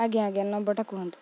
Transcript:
ଆଜ୍ଞା ଆଜ୍ଞା ନମ୍ବରଟା କୁହନ୍ତୁ